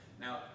Now